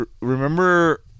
remember